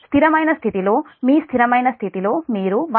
స్థిరమైన స్థితిలో మీ స్థిరమైన స్థితిలో మీరు1 2